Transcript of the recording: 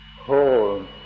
hold